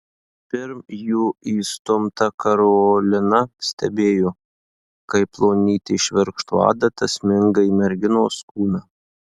pirm jų įstumta karolina stebėjo kaip plonytė švirkšto adata sminga į merginos kūną